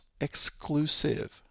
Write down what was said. exclusive